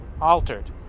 altered